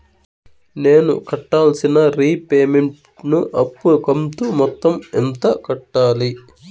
నేను కట్టాల్సిన రీపేమెంట్ ను అప్పు కంతు మొత్తం ఎంత కట్టాలి?